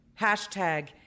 Hashtag